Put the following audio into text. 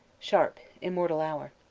sharp immortal hour.